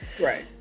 right